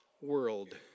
world